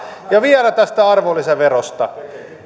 ja vielä tästä arvonlisäverosta